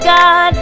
God